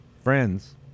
friends